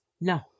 No